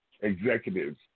executives